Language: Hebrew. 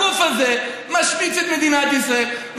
הגוף הזה משמיץ את מדינת ישראל,